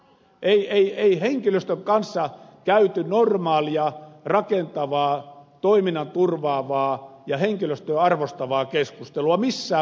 ei henkilöstön kanssa käyty normaalia rakentavaa toiminnan turvaavaa ja henkilöstöä arvostavaa keskustelua missään vaiheessa